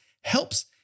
helps